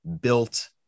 built